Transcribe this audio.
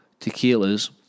tequilas